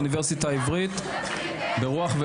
האוניברסיטה העברית: "ברוח,